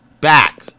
back